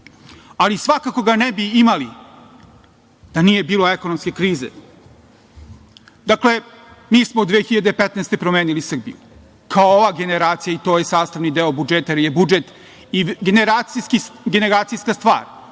Ali, svakako ga ne bi imali da nije bilo ekonomske krize. Dakle, mi smo 2015. godine promenili Srbiju kao ova generacija i to je sastavni deo budžeta, jer je budžet i generacijska stvar,